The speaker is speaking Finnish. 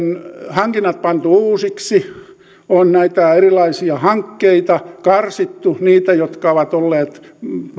hankinnat pantu uusiksi on näitä erilaisia hankkeita karsittu niitä jotka ovat olleet